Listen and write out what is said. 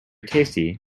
tasty